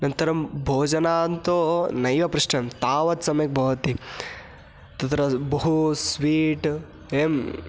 अनन्तरं भोजनन्तु नैव पृष्टं तावत् सम्यक् भवति तत्र बहु स्वीट् एवं